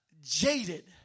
Jaded